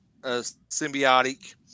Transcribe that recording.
symbiotic